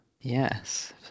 Yes